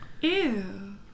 Ew